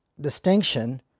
distinction